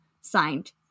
signed